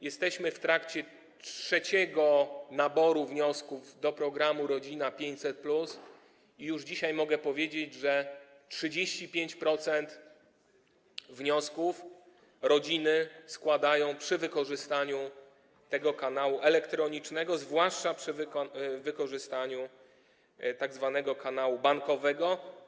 Jesteśmy w trakcie trzeciego naboru wniosków do programu „Rodzina 500+” i już dzisiaj mogę powiedzieć, że 35% wniosków rodziny składają przy wykorzystaniu tego kanału elektronicznego, zwłaszcza przy wykorzystaniu tzw. kanału bankowego.